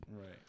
right